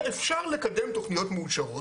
ואפשר לקדם תוכניות מאושרות.